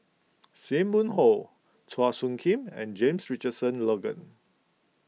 Sim Wong Hoo Chua Soo Khim and James Richardson Logan